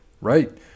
Right